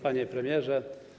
Panie Premierze!